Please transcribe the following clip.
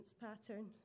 pattern